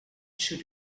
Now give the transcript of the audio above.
should